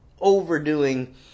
overdoing